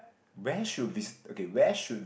where should okay where should